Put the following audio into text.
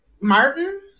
Martin